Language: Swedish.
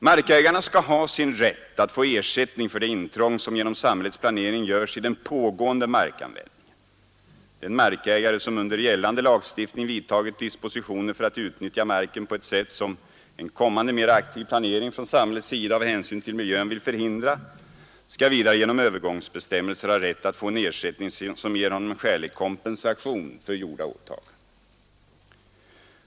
Markägarna skall ha sin rätt att få ersättning för det intrång som genom samhällets planering görs i den pågående markanvändningen. Den markägare som under gällande lagstiftning vidtagit dispositioner för att utnyttja marken på ett sätt som en kommande mera aktiv planering från samhällets sida av hänsyn till miljön vill förhindra skall vidare genom övergångsbestämmelser ha rätt att få en ersättning som ger honom skälig kompensation för gjorda åtaganden.